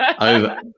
Over